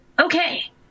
Okay